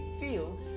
feel